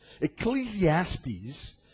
Ecclesiastes